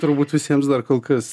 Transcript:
turbūt visiems dar kol kas